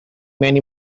many